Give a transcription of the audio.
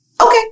okay